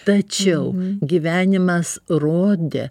tačiau gyvenimas rodė